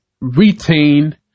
retain